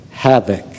Havoc